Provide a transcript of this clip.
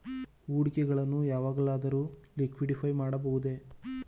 ಹೂಡಿಕೆಗಳನ್ನು ಯಾವಾಗಲಾದರೂ ಲಿಕ್ವಿಡಿಫೈ ಮಾಡಬಹುದೇ?